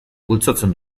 bultzatzen